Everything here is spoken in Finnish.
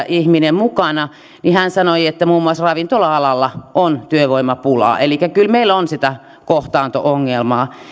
ihminen yksityiseltä työnvälityspalvelun tuottajalta hän sanoi että muun muassa ravintola alalla on työvoimapulaa elikkä kyllä meillä on sitä kohtaanto ongelmaa